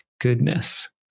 goodness